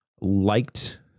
liked